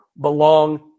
belong